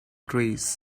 trees